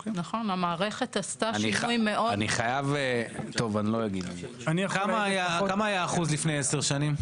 המערכת עשתה שינוי מאוד --- כמה היו האחוזים לפני עשר שנים?